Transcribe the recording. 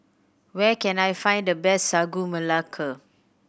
where can I find the best Sagu Melaka